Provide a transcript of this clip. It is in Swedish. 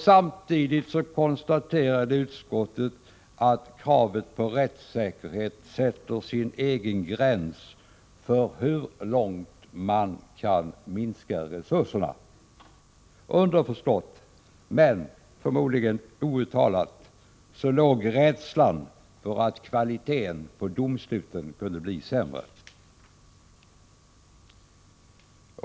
Samtidigt konstaterade utskottet att kravet på rättssäkerhet sätter sin egen gräns för hur långt man kan minska resurserna. Underförstått — men outtalat — låg rädslan för att kvaliteten på domsluten kunde bli sämre.